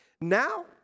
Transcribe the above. Now